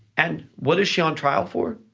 and what is she on trial for?